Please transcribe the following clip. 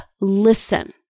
listen